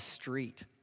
street